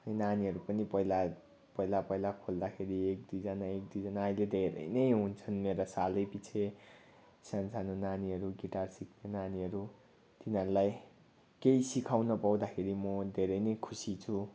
नानीहरू पनि पहिला पहिला पहिला खोल्दाखेरि एक दुईजना एक दुईजना अहिले धेरै नै हुन्छन् मेरा सालै पिच्छे सानोसानो नानीहरू गिटार सिक्ने नानीहरू तिनीहरूलाई केही सिकाउन पाउँदाखेरि म धेरै नै खुसी छु